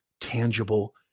tangible